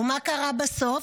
ומה קרה בסוף?